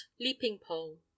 leaping-pole